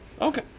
Okay